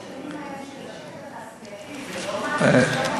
אבל שלוש השנים האלה של השקט התעשייתי זה לא, ?